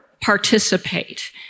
participate